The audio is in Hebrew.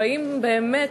והאם באמת,